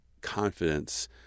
confidence